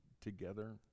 together